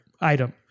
item